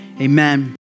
amen